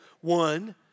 one